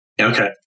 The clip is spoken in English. Okay